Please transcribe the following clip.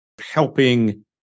helping